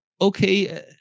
Okay